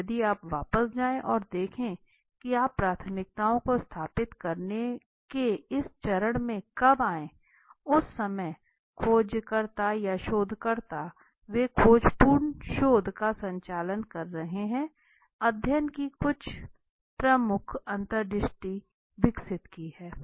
अब यदि आप वापस जाएं और देखें कि आप प्राथमिकताओं को स्थापित करने के इस चरण में कब आए हैं उस समय खोजकर्ता या शोधकर्ता वे खोजपूर्ण शोध का संचालन कर रहे हैं अध्ययन की कुछ प्रमुख अंतर्दृष्टि विकसित की है